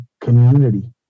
community